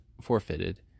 forfeited